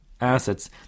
assets